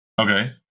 Okay